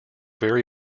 very